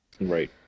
Right